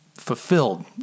fulfilled